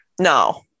No